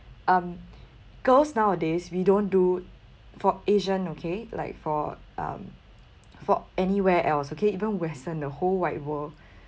um girls nowadays we don't do for asian okay like for um for anywhere else okay even western the whole wide world